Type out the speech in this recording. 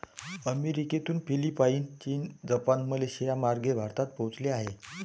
अमेरिकेतून फिलिपाईन, चीन, जपान, मलेशियामार्गे भारतात पोहोचले आहे